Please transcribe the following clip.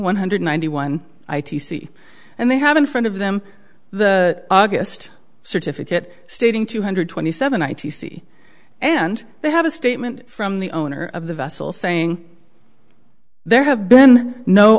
one hundred ninety one i t c and they have in front of them the august certificate stating two hundred twenty seven i t c and they have a statement from the owner of the vessel saying there have been no